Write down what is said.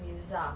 musa